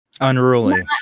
unruly